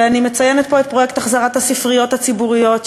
ואני מציינת פה את פרויקט החזרת הספריות הציבוריות,